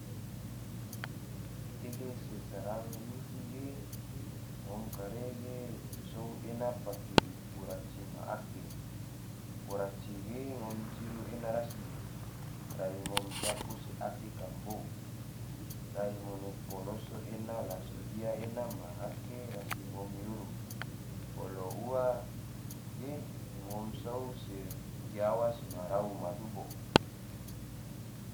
Kehe se srang yuhi ge, ngom kare ge sou ena pake kuraci ma ake, kuraci ge ngom ciru ena rasi, rai ngom capu se ake kambo, rai ngone poloso ena la sodia ena ma ake, rasi ngom yuru, bolo ua ge ngom sou se giawas ma rau ma dubo